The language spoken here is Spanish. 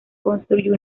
construyó